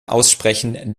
aussprechen